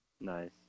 Nice